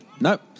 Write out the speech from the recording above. Nope